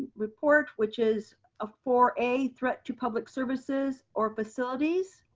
report, which is a four a, threat to public services or facilities,